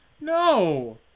No